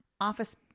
office